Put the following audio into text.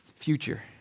future